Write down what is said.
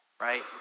right